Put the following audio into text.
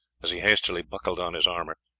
as he hastily buckled on his armour.